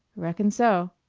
reckon so,